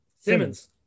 Simmons